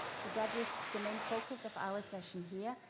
so that is the main focus of our session here.